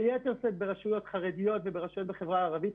ביתר שאת ברשויות חרדיות וברשויות בחברה הערבית,